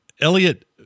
Elliot